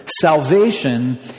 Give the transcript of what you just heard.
salvation